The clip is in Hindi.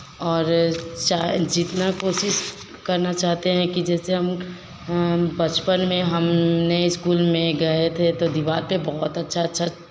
और चाहे जितना कोशिश करना चाहते हैं कि जैसे हम बचपन में हमने इस्कूल में गए थे तो दीवार पे बहुत अच्छा अच्छा